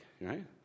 Right